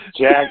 Jack